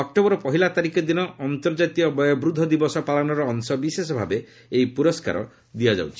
October ପହିଲା ତାରିଖ ଦିନ ଅନ୍ତର୍ଜାତୀୟ ବୟୋବୃଦ୍ଧ ଦିବସ ପାଳନର ଅଂଶବିଶେଷ ଭାବେ ଏହି ପୁରସ୍କାରଗ୍ରଡ଼ିକ ଦିଆଯାଉଛି